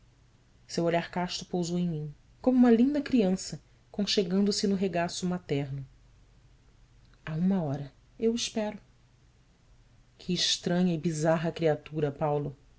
seu olhar casto pousou em mim como uma linda criança conchegando se no regaço materno à uma hora eu o espero que estranha e bizarra criatura paulo